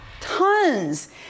tons